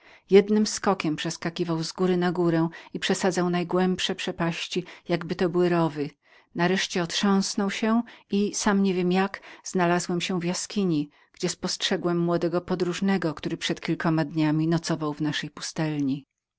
jednym skokiem przeskakiwał z góry na górę i przesadzał najgłębsze przepaści nareszcie otrząsł się i sam niewiem jak znalazłem się w jaskini gdzie spostrzegłem młodego podróżnego który przed kilkoma dniami nocował w naszej pustelni